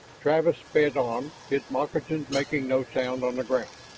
travis sped on, his moccasins making no sound on the ground.